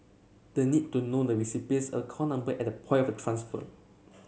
the need to know the recipient's account number at the point of transfer